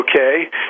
Okay